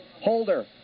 Holder